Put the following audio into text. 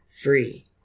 free